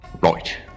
Right